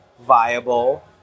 viable